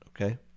okay